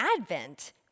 Advent